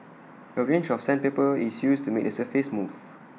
A range of sandpaper is used to make the surface smooth